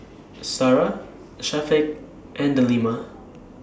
Sarah Syafiq and Delima